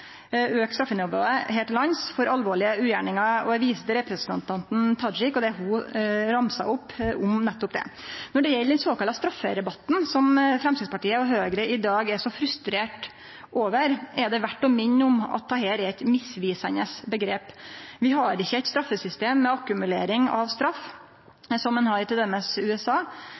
auke straffenivået her til lands for alvorlege ugjerningar. Eg viser til representanten Tajik og det ho ramsa opp om nettopp det. Når det gjeld den såkalla strafferabatten, som Framstegspartiet og Høgre i dag er så frustrerte over, er det verdt å minne om at dette er eit misvisande omgrep. Vi har ikkje eit straffesystem med akkumulering av straff, som ein har i t.d. USA,